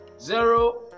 zero